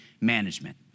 Management